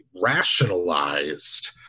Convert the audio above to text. rationalized